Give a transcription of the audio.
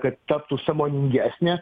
kad taptų sąmoningesnė